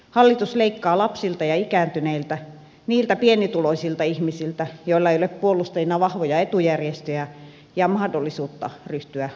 hallitus leikkaa lapsilta ja ikääntyneiltä niiltä pienituloisilta ihmisiltä joilla ei ole puolustajina vahvoja etujärjestöjä ja mahdollisuutta ryhtyä lakkoilemaan